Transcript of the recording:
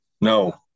No